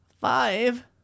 Five